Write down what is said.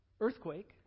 earthquake